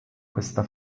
questa